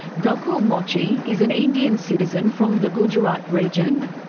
gokul mochi is an indian citizen from the gujarat region.